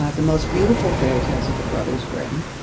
ah the most beautiful fairy tales of the brothers grimm.